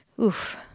Oof